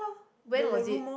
when was it